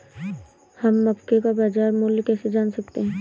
हम मक्के का बाजार मूल्य कैसे जान सकते हैं?